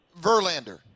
Verlander